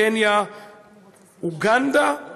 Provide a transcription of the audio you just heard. קניה ואוגנדה,